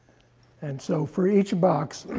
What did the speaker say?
and so for each box,